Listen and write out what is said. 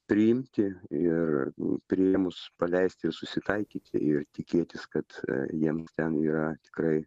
priimti ir priėmus paleisti ir susitaikyti ir tikėtis kad jiems ten yra tikrai